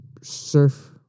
surf